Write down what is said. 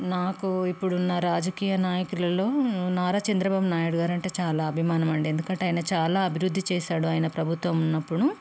నాకు ఇప్పుడున్న రాజకీయ నాయకులలో నారా చంద్రబాబునాయుడు గారంటే చాలా అభిమానం అండి ఎందుకంటే ఆయన చాలా అభివృద్ధి చేశాడు ఆయన ప్రభుత్వం ఉన్నప్పుడు